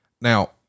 Now